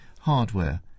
hardware